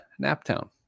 Naptown